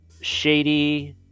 shady